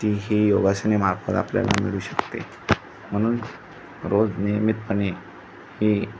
ती ही योगासनेमार्फत आपल्याला मिळू शकते म्हणून रोज नियमितपणे ही